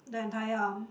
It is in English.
the entire arm